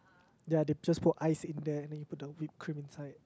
ya they just put ice in there and then you put the whipped cream inside